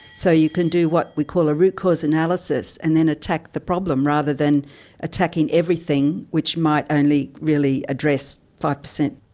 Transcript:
so you can do what we call a root cause analysis and then attack the problem, rather than attacking everything which might only really address five percent.